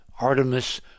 Artemis